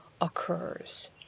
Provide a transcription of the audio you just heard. occurs